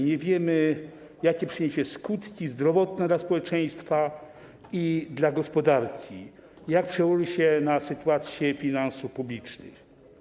Nie wiemy, jakie przyniesie skutki zdrowotne dla społeczeństwa i dla gospodarki, jak przełoży się na sytuację finansów publicznych.